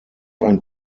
ein